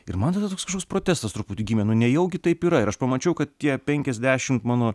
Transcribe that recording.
ir man tada toks kažkoks protestas truputį gimė nu nejaugi taip yra ir aš pamačiau kad tie penkiasdešimt mano